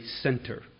center